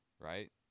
right